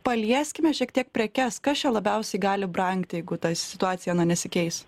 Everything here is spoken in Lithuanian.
palieskime šiek tiek prekes kas čia labiausiai gali brangti jeigu ta situacija na nesikeis